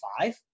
five